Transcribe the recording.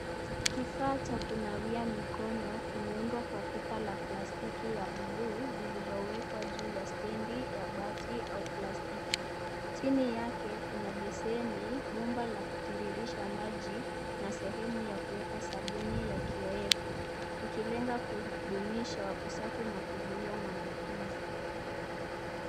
Kifaa cha kunawia mikono kimeundwa kwa pipa la plastiki ya bluu lililowekwa juu ya stendi ya bati au plastiki, chini yake kuna beseni bomba la kutiririsha maji na sehemu ya kuweka sabuni ya kioevu kikilenga kudumisha usafi na kuzuia maambukizi.